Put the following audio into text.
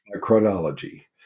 chronology